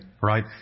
right